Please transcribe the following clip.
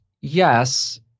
yes